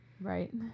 Right